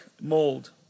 mold